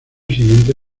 siguiente